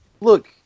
look